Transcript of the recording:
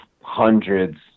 hundreds